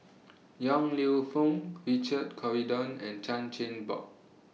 Yong Lew Foong Richard Corridon and Chan Chin Bock